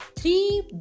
Three